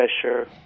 pressure